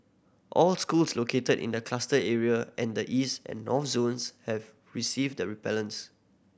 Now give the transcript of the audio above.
all schools located in the cluster area and the East and North zones have received the repellents